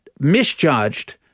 misjudged